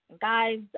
Guys